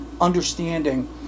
understanding